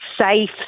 safe